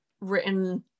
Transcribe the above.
written